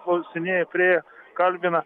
klausinėja priėję kalbina